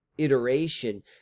Iteration